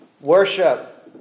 worship